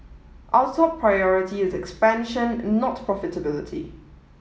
our top priority is expansion not profitability